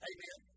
Amen